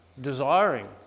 desiring